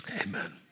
Amen